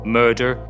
murder